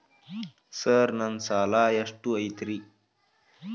Sir ನನ್ನ ಸಾಲಾ ಎಷ್ಟು ಐತ್ರಿ?